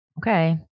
Okay